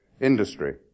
industry